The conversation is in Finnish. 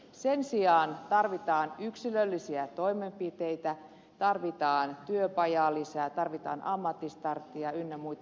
sen sijaan tarvitaan yksilöllisiä toimenpiteitä tarvitaan työpajaa lisää tarvitaan ammattistarttia ynnä muuta